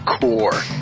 core